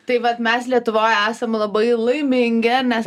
tai vat mes lietuvoj esam labai laimingi nes